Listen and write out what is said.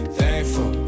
thankful